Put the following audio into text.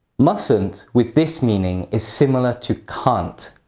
mustn't with this meaning is similar to can't.